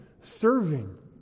serving